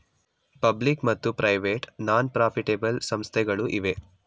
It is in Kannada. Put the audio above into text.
ಪಬ್ಲಿಕ್ ಮತ್ತು ಪ್ರೈವೇಟ್ ನಾನ್ ಪ್ರಾಫಿಟೆಬಲ್ ಸಂಸ್ಥೆಗಳು ಇವೆ